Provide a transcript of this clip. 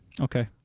Okay